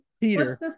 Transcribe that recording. Peter